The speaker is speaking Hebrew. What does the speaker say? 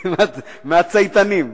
מהצייתנים.